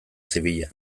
zibila